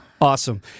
Awesome